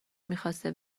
میخواسته